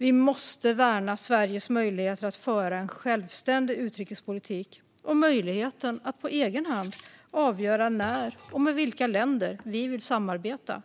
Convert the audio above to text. Vi måste värna Sveriges möjligheter att föra en självständig utrikespolitik och möjligheten att på egen hand avgöra när och med vilka länder vi vill samarbeta